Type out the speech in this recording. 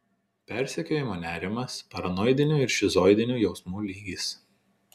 persekiojimo nerimas paranoidinių ir šizoidinių jausmų lygis